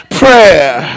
prayer